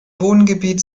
wohngebiet